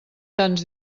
tants